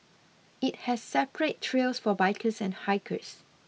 it has separate trails for bikers and hikers